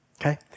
Okay